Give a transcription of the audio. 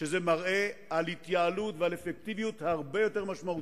דבר שמראה התייעלות ואפקטיביות הרבה יותר משמעותיות.